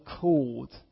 called